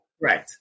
Right